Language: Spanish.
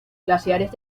glaciares